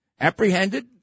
apprehended